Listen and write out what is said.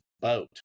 boat